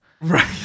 Right